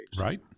Right